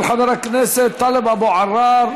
מס' 9385, של חבר הכנסת טלב אבו עראר.